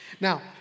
Now